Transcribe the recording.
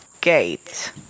gate